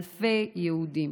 אלפי יהודים.